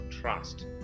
trust